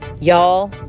Y'all